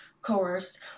coerced